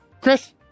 Chris